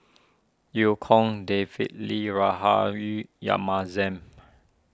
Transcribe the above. Eu Kong David Lee Rahayu Yamahzam